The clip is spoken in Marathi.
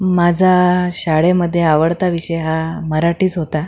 माझा शाळेमध्ये आवडता विषय हा मराठीच होता